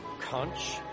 Conch